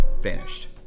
vanished